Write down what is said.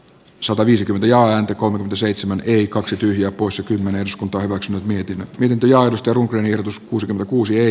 sataviisikymmentä ja ääntä kolme seitsemän eli kaksi tyhjää poissa kymmenen skonto hyväksynyt mietin miten ujostelun ehdotus kuusi kuusi